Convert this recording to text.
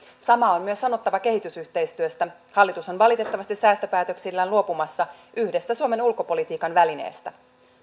sama on myös sanottava kehitysyhteistyöstä hallitus on valitettavasti säästöpäätöksillään luopumassa yhdestä suomen ulkopolitiikan välineestä